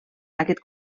aquest